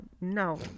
no